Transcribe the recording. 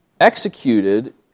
executed